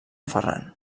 ferran